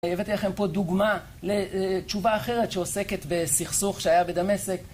הבאתי לכם פה דוגמה לתשובה אחרת שעוסקת בסכסוך שהיה בדמשק